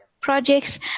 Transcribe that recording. projects